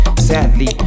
sadly